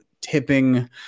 tipping